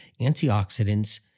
antioxidants